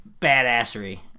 badassery